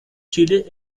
chile